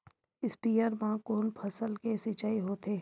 स्पीयर म कोन फसल के सिंचाई होथे?